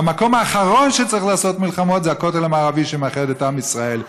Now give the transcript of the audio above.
והמקום האחרון שצריך לעשות מלחמות זה הכותל המערבי שמאחד את עם ישראל.